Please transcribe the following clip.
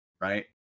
right